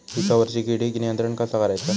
पिकावरची किडीक नियंत्रण कसा करायचा?